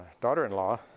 daughter-in-law